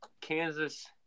Kansas